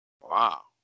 Wow